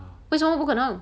为什么不可能